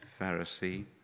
Pharisee